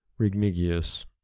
Rigmigius